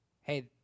hey